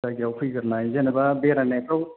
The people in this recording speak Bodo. जायगायाव फैगोरनाय जेनेबा बेरायनायफ्राव